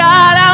God